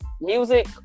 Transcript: music